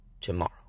tomorrow